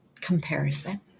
comparison